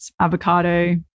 avocado